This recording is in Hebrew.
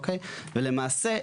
ולמעשה,